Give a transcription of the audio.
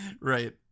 Right